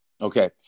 okay